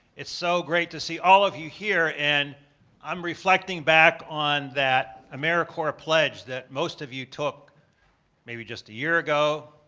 it's so great to see all of you here. and i'm reflecting back on that americorps pledge that most of you took maybe just a year ago.